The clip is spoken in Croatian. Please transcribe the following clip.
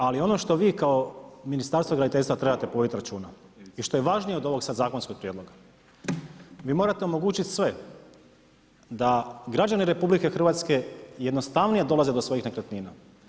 Ali ono što vi kao Ministarstvo graditeljstva trebate voditi računa i što je važnije od ovog sada zakonskog prijedloga, vi morate omogućiti sve da građani RH jednostavnije dolaze do svojih nekretnina.